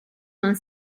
non